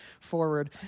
forward